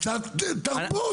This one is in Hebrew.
אז תן לו לענות, קצת תרבות.